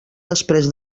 després